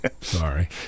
Sorry